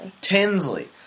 Tinsley